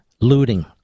looting